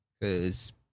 Cause